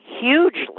hugely